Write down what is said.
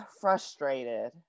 frustrated